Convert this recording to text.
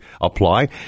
apply